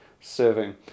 serving